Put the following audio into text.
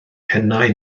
pennau